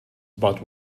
but